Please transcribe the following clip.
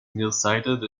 nearsighted